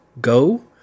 Go